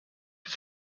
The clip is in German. des